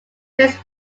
risk